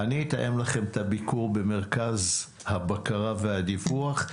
אדאג לתאם לכם את הביקור במרכז הבקרה והפיקוח.